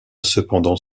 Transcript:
cependant